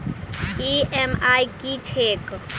EMI की छैक?